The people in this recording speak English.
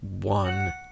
one